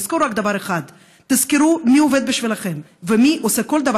לזכור רק דבר אחד: תזכרו מי עובד בשבילכם ומי עושה כל דבר